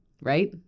right